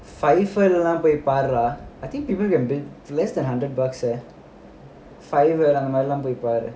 size என்னனு போய் பாருடா:ennanu poi paarudaa I think people can build less than hundred bucks sia அந்த மாதிரிலாம் போய் பாரு:antha maathirilaam poi paaru